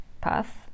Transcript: path